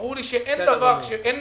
ברור לי שאין מצב